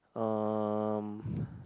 um